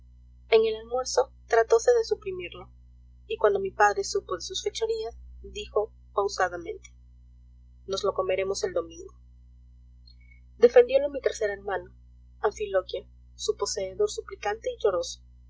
en el almuerzo tratóse de suprimirlo y cuando mi padre supo sus fechorías dijo pausadamente nos lo comeremos el domingo defendiólo mi tercer hermano anfiloquio su poseedor suplicante y lloroso